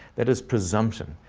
that is presumption,